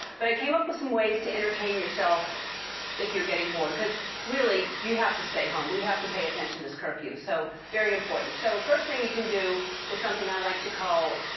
but i came up with some ways to entertain yourself if you're getting bored. because really, you have to stay home. we have to pay attention to this curfew. so, very important. so first thing you can do is something i like to call,